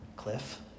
Cliff